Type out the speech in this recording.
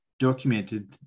documented